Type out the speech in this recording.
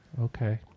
okay